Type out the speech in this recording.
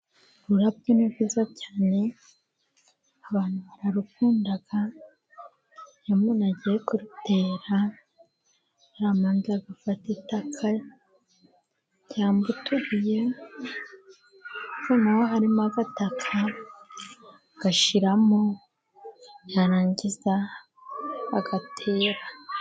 Ururabyo ni rwiza cyane abantu bararukunda. Iyo umuntu agiye kurutera arabanza agafata itaka cyangwa utubutuye, noneho harimo agataka agashyiramo yarangiza agatera.